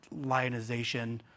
lionization